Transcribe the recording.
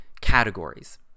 categories